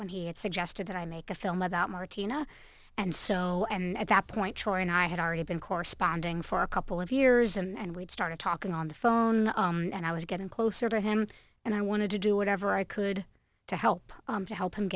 when he had suggested that i make a film about martina and so and at that point choi and i had already been corresponding for a couple of years and we'd started talking on the phone and i was getting closer to him and i wanted to do whatever i could to help to help